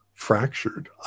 fractured